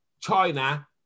China